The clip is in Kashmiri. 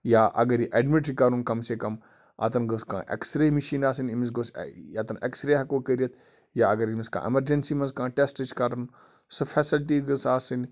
یا اَگر یہِ اٮ۪ڈمِٹ چھِ کَرُن کَم سے کَم اَتٮ۪ن گٔژھ کانٛہہ اٮ۪کٕس رے مِشیٖن آسٕنۍ أمِس گوٚژھ ییٚتٮ۪ن اٮ۪کٕس رے ہٮ۪کو کٔرِتھ یا اَگر أمِس کانٛہہ اَمَرجنٛسی منٛز کانٛہہ ٹٮ۪سٹ چھِ کَرُن سُہ فٮ۪سَلٹی گٔژھ آسٕنۍ